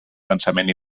pensament